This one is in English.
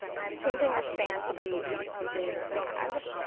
i'm changing this span to be a label tag.